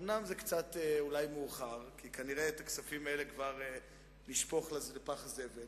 אומנם זה אולי קצת מאוחר כי את הכספים האלה כבר נשפוך לפח הזבל,